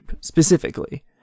specifically